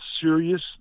serious